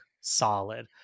solid